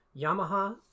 Yamaha